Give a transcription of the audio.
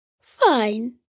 Fine